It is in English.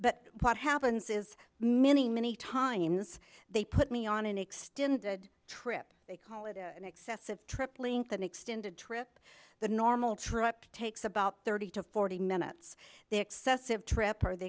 but what happens is many many times they put me on an extended trip they call it an excessive trip link that extended trip the normal trip takes about thirty to forty minutes the excessive trip or the